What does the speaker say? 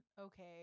okay